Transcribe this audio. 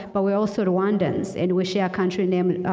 but we are also rowandans and we share a country named,